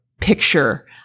Picture